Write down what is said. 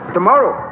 Tomorrow